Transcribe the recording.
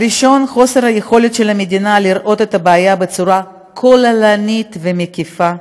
עניין ראשון: חוסר היכולת של המדינה לראות את הבעיה בצורה כוללת ומקיפה,